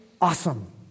awesome